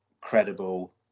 credible